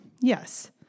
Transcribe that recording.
yes